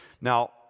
Now